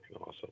awesome